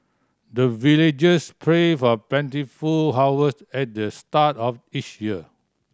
the villagers pray for plentiful harvest at the start of each year